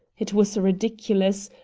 it was ridiculous,